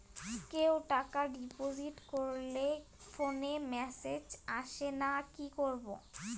কেউ টাকা ডিপোজিট করলে ফোনে মেসেজ আসেনা কি করবো?